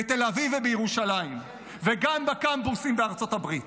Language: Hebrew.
בתל אביב ובירושלים וגם בקמפוסים בארצות הברית.